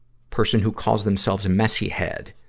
person who calls themselves messy head.